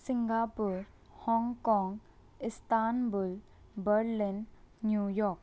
Singapore Hong Kong Istanbul Berlin New York